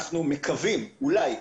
אנחנו מקווים, אולי,